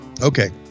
Okay